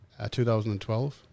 2012